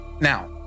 Now